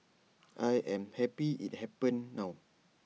I am happy IT happened now